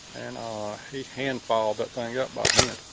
and ah he hand-filed that thing up by hand